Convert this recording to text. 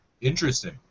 Interesting